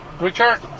Richard